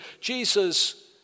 Jesus